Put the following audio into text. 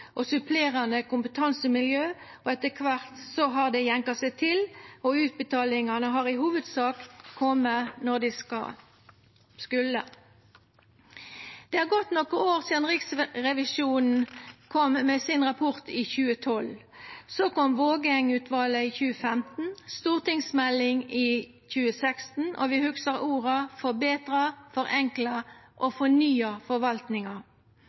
og supplerande kompetansemiljø. Etter kvart har det jenka seg til, og utbetalingane har i hovudsak kome når dei skulle. Det har gått nokre år sidan Riksrevisjonen kom med sin rapport i 2012. Så kom Vågeng-utvalet i 2015 og stortingsmeldinga i 2016, og vi hugsar orda: Forbetra, forenkla